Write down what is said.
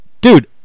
dude